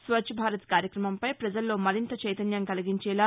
స్వచ్చ భారత్ కార్యక్రమంపై పజల్లో మరింత చైతన్యం కలిగించేలా